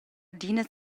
d’ina